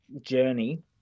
journey